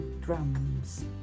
drums